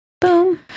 Boom